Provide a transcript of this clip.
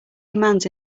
commands